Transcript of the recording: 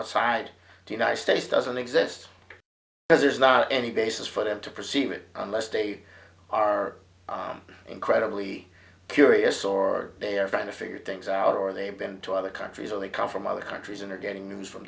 outside the united states doesn't exist there's not any basis for them to perceive it unless they are incredibly curious or they are trying to figure things out or they've been to other countries only come from other countries and are getting news from